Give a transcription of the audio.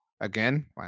Again